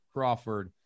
Crawford